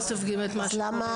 למה?